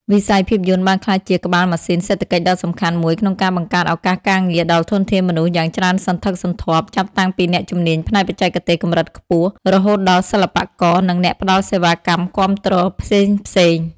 វិស័យភាពយន្តបានក្លាយជាក្បាលម៉ាស៊ីនសេដ្ឋកិច្ចដ៏សំខាន់មួយក្នុងការបង្កើតឱកាសការងារដល់ធនធានមនុស្សយ៉ាងច្រើនសន្ធឹកសន្ធាប់ ចាប់តាំងពីអ្នកជំនាញផ្នែកបច្ចេកទេសកម្រិតខ្ពស់ រហូតដល់សិល្បករ និងអ្នកផ្ដល់សេវាកម្មគាំទ្រផ្សេងៗ។